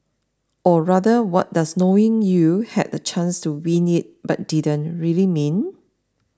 or rather what does knowing you had the chance to win it but didn't really mean